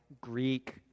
Greek